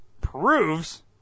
proves